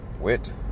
WIT